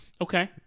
Okay